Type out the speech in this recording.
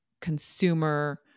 consumer